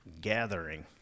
gathering